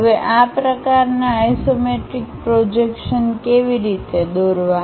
હવે આ પ્રકારનાં આઇસોમેટ્રિક પ્રોજેક્શન કેવી રીતે દોરવા